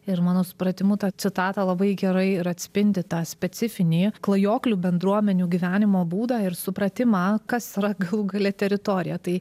ir mano supratimu ta citata labai gerai ir atspindi tą specifinį klajoklių bendruomenių gyvenimo būdą ir supratimą kas yra galų gale teritorija tai